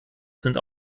sind